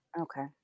Okay